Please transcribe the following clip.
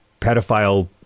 pedophile